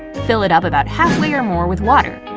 fill it up about half-way or more with water.